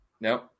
no